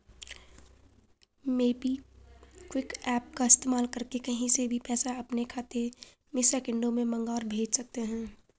MobiKwik app का इस्तेमाल करके कहीं से भी पैसा अपने खाते में सेकंडों में मंगा और भेज सकते हैं